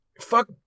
Fuck